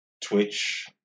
Twitch